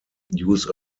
use